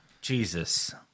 Jesus